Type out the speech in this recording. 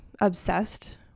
obsessed